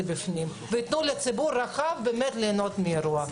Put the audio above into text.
שייתנו לציבור הרחב באמת ליהנות מן האירוע.